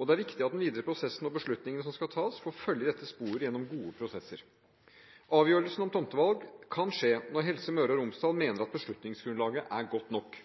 Det er viktig at den videre prosessen og beslutningene som skal tas, får følge i dette sporet gjennom gode prosesser. Avgjørelsen om tomtevalg kan skje når Helse Møre og Romsdal mener at beslutningsgrunnlaget er godt nok.